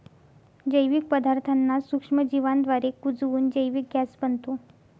जैविक पदार्थांना सूक्ष्मजीवांद्वारे कुजवून जैविक गॅस बनतो